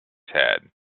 head